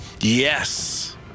Yes